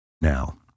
Now